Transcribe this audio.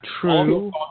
True